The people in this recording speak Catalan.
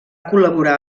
col·laborar